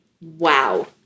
Wow